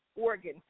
organ